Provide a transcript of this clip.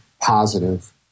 positive